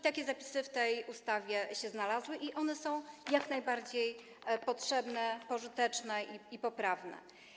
Takie zapisy w tej ustawie się znalazły i one są jak najbardziej potrzebne, pożyteczne i poprawne.